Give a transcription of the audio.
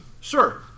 Sure